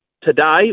today